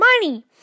money